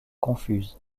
confuses